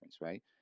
right